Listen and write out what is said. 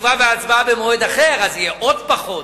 ותשובה והצבעה במועד אחר, אז יהיו עוד פחות.